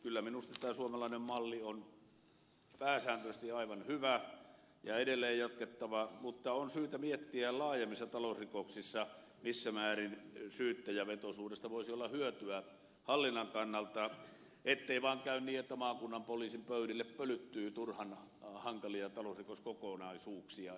kyllä minusta tämä suomalainen malli on pääsääntöisesti aivan hyvä ja edelleen jatkettava mutta on syytä miettiä laajemmissa talousrikoksissa missä määrin syyttäjävetoisuudesta voisi olla hyötyä hallinnan kannalta ettei vaan käy niin että maakunnan poliisin pöydillä pölyttyy turhan hankalia talousrikoskokonaisuuksia